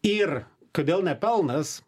ir kodėl ne pelnas